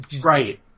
right